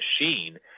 machine